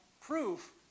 proof